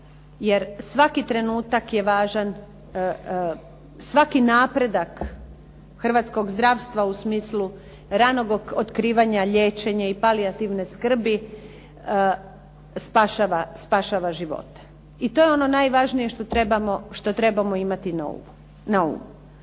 jer svaki trenutak je važan, svaki napredak hrvatskog zdravstva u smislu ranog otkrivanja, liječenja i palijativne skrbi spašava živote. I to je ono najvažnije što trebamo imati na umu.